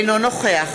אינו נוכח